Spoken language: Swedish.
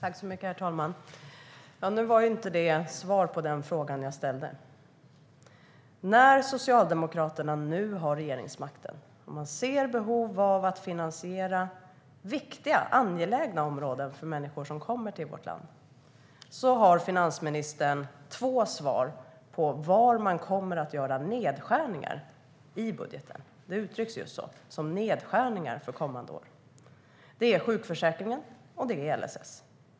Herr talman! Det var inte svar på frågan jag ställde. När Socialdemokraterna nu har regeringsmakten och man ser behov av att finansiera viktiga och angelägna områden för människor som kommer till vårt land har finansministern två svar på var man kommer att göra nedskärningar i budgeten. Det uttrycks just så: som nedskärningar för kommande år. Det är sjukförsäkringen, och det är LSS.